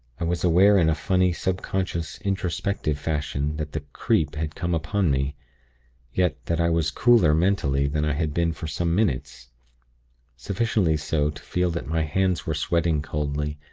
i was aware in a funny, subconscious, introspective fashion that the creep had come upon me yet that i was cooler mentally than i had been for some minutes sufficiently so to feel that my hands were sweating coldly,